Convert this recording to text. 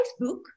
Facebook